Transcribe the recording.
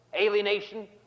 alienation